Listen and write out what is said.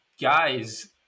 guys